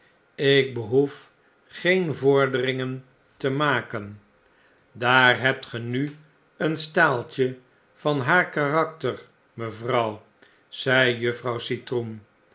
ik behoef geen vorderingen te maken daar hebt ge nu een staaltje van haar karakter mevrouw zei juffrouw citroen